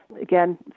again